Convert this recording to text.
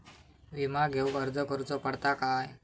विमा घेउक अर्ज करुचो पडता काय?